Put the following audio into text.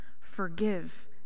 forgive